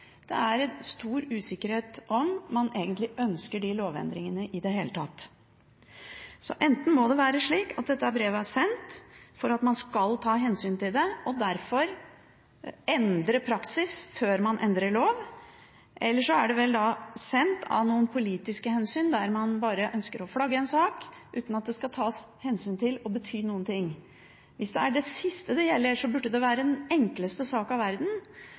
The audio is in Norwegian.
det er stor usikkerhet om hvorvidt man ønsker de lovendringene i det hele tatt. Enten må det være slik at dette brevet er sendt for at man skal ta hensyn til det og derfor endre praksis før man endrer lov, eller så er det vel sendt av noen politiske hensyn, der man bare ønsker å flagge en sak uten at det skal tas hensyn til eller bety noen ting. Hvis det er det siste som gjelder, burde det være den enkleste sak av verden